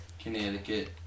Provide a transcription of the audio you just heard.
Connecticut